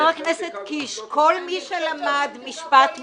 חבר הכנסת קיש, כל מי שלמד משפט מינהלי,